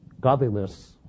Godliness